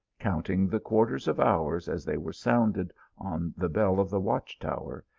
counting the quarters of hours as they were sounded on the bell of the watch tower,